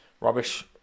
Rubbish